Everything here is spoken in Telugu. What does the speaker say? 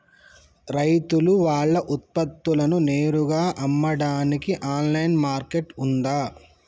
రైతులు వాళ్ల ఉత్పత్తులను నేరుగా అమ్మడానికి ఆన్లైన్ మార్కెట్ ఉందా?